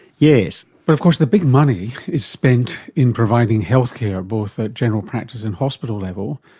yes. but of course the big money is spent in providing healthcare, both at general practice and hospital level,